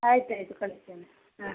ಆಯ್ತಾಯಿತು ಕಳಿಸ್ತೇನೆ ಹಾಂ